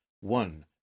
one